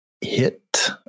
hit